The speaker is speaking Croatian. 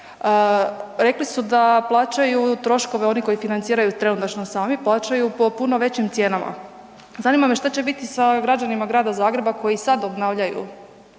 rekli su da plaćaju troškove oni koji financiraju trenutačno sami, plaćaju po puno većim cijenama. Zanima me što će biti sa građanima grada Zagreba koji sada obnavljaju